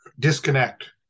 disconnect